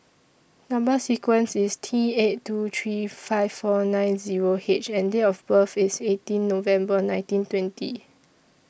Number sequence IS T eight two three five four nine Zero H and Date of birth IS eighteen November nineteen twenty